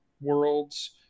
worlds